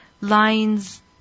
lines